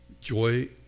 joy